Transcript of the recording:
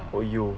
!aiyo!